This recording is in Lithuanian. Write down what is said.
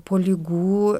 po ligų